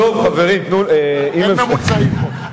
אין ממוצעים פה.